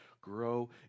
grow